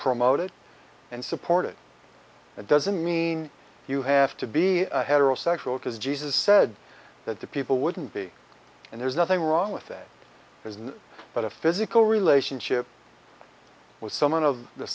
promote it and supported it doesn't mean you have to be heterosexual because jesus said that the people wouldn't be and there's nothing wrong with that there's no but a physical relationship with someone of the